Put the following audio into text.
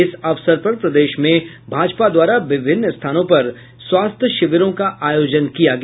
इस अवसर पर प्रदेश में भाजपा द्वारा विभिन्न स्थानों पर स्वास्थ्य शिविरों का आयोजन किया गया